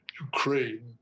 Ukraine